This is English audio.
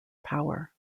power